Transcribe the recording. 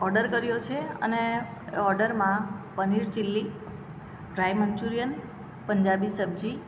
order કર્યો છે અને ઓર્ડરમાં paneer chilli dry Manchurian Punjabi સબ્જી